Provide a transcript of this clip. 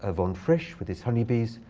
ah von frisch with his honeybees,